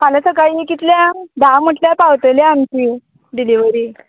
फाल्यां सकाळीं कितल्यांक धा म्हटल्यार पावतली आमची डिलिवरी